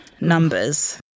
numbers